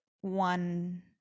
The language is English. one